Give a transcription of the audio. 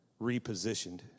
repositioned